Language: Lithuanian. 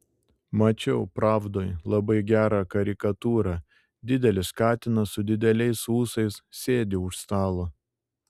mačiau pravdoj labai gerą karikatūrą didelis katinas su dideliais ūsais sėdi už stalo